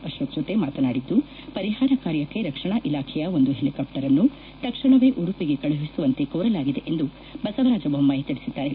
ಅಶೋಕ್ ಜೊತೆ ಮಾತನಾಡಿದ್ಲು ಪರಿಹಾರ ಕಾರ್ಯಕ್ಕೆ ರಕ್ಷಣಾ ಇಲಾಖೆಯ ಒಂದು ಹೆಲಿಕಾಪ್ಲರ್ನ್ನು ತಕ್ಷಣವೇ ಉಡುಪಿಗೆ ಕಳುಹಿಸುವಂತೆ ಕೋರಲಾಗಿದೆ ಎಂದು ಬಸವರಾಜ ಜೊಮ್ನಾಯಿ ತಿಳಿಸಿದ್ದಾರೆ